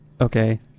Okay